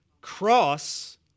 cross